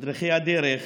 מדריכי הדרך